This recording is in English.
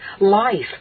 life